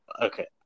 Okay